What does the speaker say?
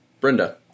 Brenda